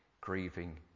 grieving